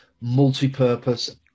multi-purpose